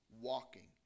walking